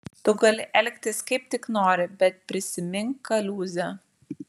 tu gali elgtis kaip tik nori bet prisimink kaliūzę